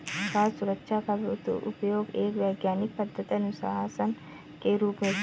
खाद्य सुरक्षा का उपयोग एक वैज्ञानिक पद्धति अनुशासन के रूप में किया जाता है